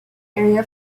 area